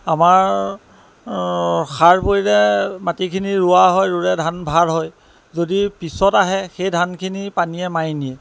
আমাৰ সাৰ পৰিলে মাটিখিনি ৰোৱা হয় ৰুলে ধান ভাল হয় যদি পিছত আহে সেই ধানখিনি পানীয়ে মাৰি নিয়ে